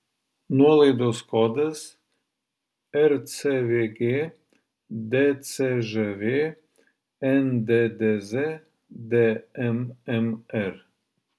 nuolaidos kodas rcvg dcžv nddz dmmr